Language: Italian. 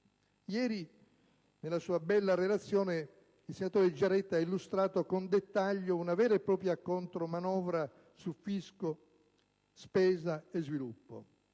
Ieri, nella sua bella relazione, il senatore Giaretta ha illustrato in dettaglio una vera e propria contromanovra su fisco, spesa e sviluppo